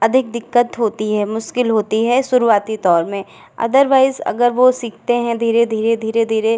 अधिक दिक्कत होती है मुश्किल होती है शुरुआती तौर में अदरवाइज़ अगर वो सीखते हैं धीरे धीरे धीरे धीरे